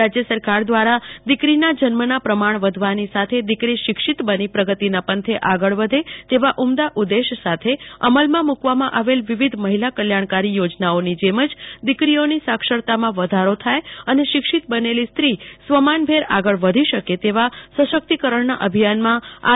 રાજ્ય સરકાર દ્વારા દિકરીના જન્મના પ્રમાણ વધવાની સાથે દિકરી શિક્ષિત બની પ્રગતિના પંથે આગળ વધે તેવા ઉમદા ઉદેશ સાથે અમલમાં મુકવામાં આવેલ વિવિધ મહિલા કલ્યાણકારી યોજનાઓની જેમ જ દિકરીઓની સાક્ષરતામાં વધારો થાય અને શિક્ષિત બનેલી સ્ત્રી સ્વમાનભેર આગળ વધી શકે તેવા સશક્તિકરણના અભિયાનમાં આર